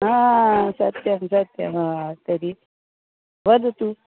हा सत्यं सत्यं हा तर्हि वदतु